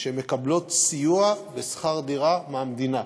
שמקבלות סיוע בשכר-דירה מהמדינה.